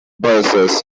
buses